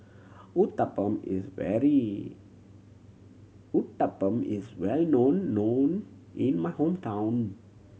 Uthapam is very Uthapam is well known known in my hometown